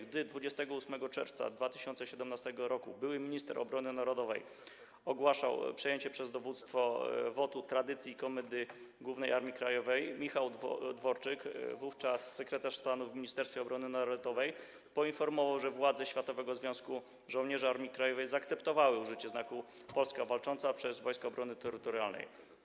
Gdy 28 czerwca 2017 r. były minister obrony narodowej ogłaszał przejęcie przez dowództwo WOT-u tradycji Komendy Głównej Armii Krajowej, Michał Dworczyk, wówczas sekretarz stanu w Ministerstwie Obrony Narodowej, poinformował, że władze Światowego Związku Żołnierzy Armii Krajowej zaakceptowały użycie Znaku Polski Walczącej przez Wojska Obrony Terytorialnej.